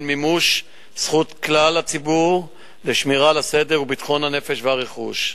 מימוש זכות כלל הציבור ושמירה על הסדר וביטחון הנפש והרכוש.